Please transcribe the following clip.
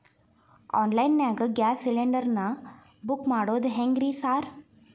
Online ನಾಗ gas cylinder ನಾ book ಮಾಡೋದ್ ಹೆಂಗ್ರಿ ಸಾರ್?